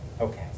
Okay